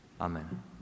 amen